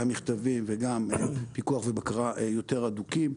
גם מכתבים וגם פיקוח ובקרה יותר הדוקים.